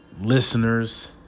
listeners